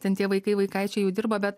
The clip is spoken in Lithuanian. ten tie vaikai vaikaičiai jau dirba bet